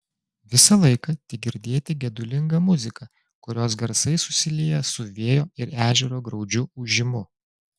visą laiką tik girdėti gedulinga muzika kurios garsai susilieja su vėjo ir ežero graudžiu ūžimu